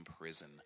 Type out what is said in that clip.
prison